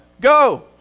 Go